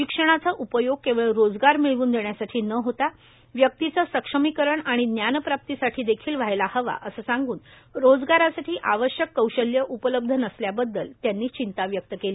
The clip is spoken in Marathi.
शिक्षणाचा उपयोग केवळ रोजगार मिळवून देण्यासाठी न होता व्यक्तीचं सक्षमीकरण आणि ज्ञानप्राप्तीसाठी देखील व्हायला हवा असं सांगून रोजगारासाठी आवश्यक कौशल्य उपलब्ध नसल्याबद्दल त्यांनी चिंता व्यक्त केली